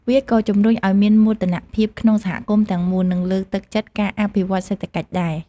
វាក៏ជំរុញឱ្យមានមោទនភាពក្នុងសហគមន៍ទាំងមូល និងលើកទឹកចិត្តការអភិវឌ្ឍសេដ្ឋកិច្ចដែរ។